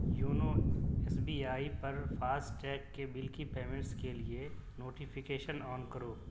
YONO S B I پر FASTag کے bill کی پیمنٹس کے لیے نوٹیفیکیشن آن کرو